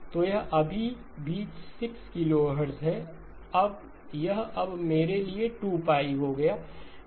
तो यह अभी भी 6 किलोहर्ट्ज़ है यह अब मेरे लिए 2 हो गया है